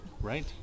Right